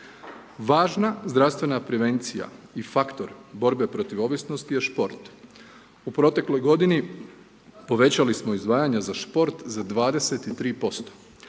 Važna zdravstvena prevencija i faktor borbe protiv ovisnosti je šport. U protekloj godini povećali smo izdvajanja za šport za 23%,